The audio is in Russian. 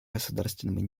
государственным